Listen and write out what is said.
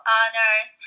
others